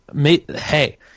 Hey